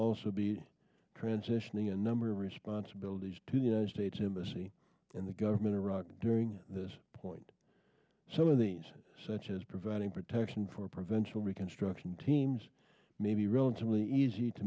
also be transitioning a number of responsibilities to the united states embassy in the government of iraq during this point some of these such as providing protection for prevention reconstruction teams may be relatively easy to